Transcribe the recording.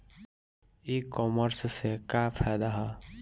E commerce से का फायदा ह?